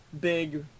big